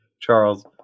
Charles